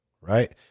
right